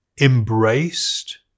embraced